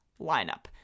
lineup